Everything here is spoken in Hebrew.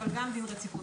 אבל גם דין רציפות.